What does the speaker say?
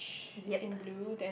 ya